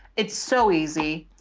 it's so easy.